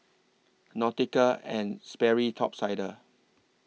Nautica and Sperry Top Sider